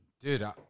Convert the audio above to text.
Dude